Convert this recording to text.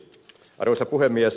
arvoisa puhemies